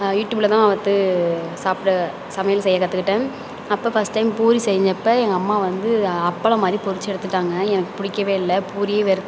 யூடியூப்பில்தான் பார்த்து சாப்பிட சமையல் செய்ய கற்றுக்கிட்டேன் அப்போ ஃபஸ்ட் டைம் பூரி செஞ்சப்போ எங்கள் அம்மா வந்து அப்பளம் மாதிரி பொரித்து எடுத்துவிட்டாங்க எனக்கு பிடிக்கவே இல்லை பூரியே வெறுத்